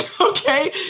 Okay